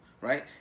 right